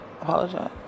apologize